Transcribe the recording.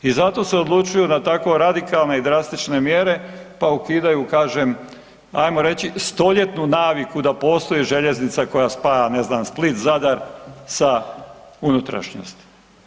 I zato se odlučuju na tako radikalne i drastične mjere pa ukidanju kažem ajmo reći stoljetnu naviku da postoji željeznica koja spaja ne znam Split, Zadar sa unutrašnjosti.